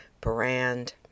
brand